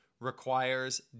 requires